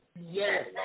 Yes